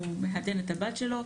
מחתן את הבת שלו.